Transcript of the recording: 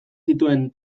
zituen